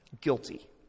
guilty